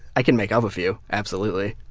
i can make up a few, absolutely.